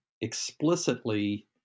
explicitly